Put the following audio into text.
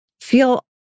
feel